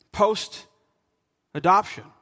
Post-adoption